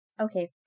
okay